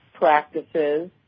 practices